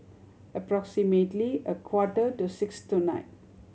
approximately a quarter to six tonight